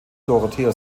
dorothea